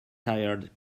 tired